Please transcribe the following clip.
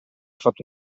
fatto